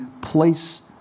place